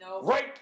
Right